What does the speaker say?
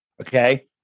Okay